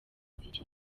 imiziki